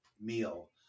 meal